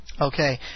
Okay